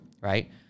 right